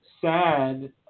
sad